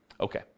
Okay